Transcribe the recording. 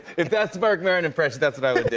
if that's a marc maron impression, that's what i would do.